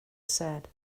said